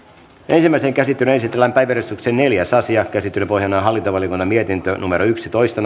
ensimmäiseen käsittelyyn esitellään päiväjärjestyksen neljäs asia käsittelyn pohjana on hallintovaliokunnan mietintö yksitoista